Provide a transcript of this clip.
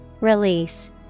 Release